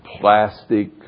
plastic